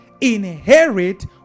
inherit